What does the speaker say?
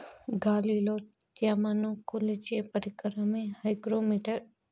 గాలిలో త్యమను కొలిచే పరికరమే హైగ్రో మిటర్